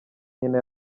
nyina